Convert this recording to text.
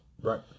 right